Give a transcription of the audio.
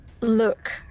Look